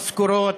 משכורות,